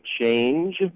change